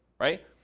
right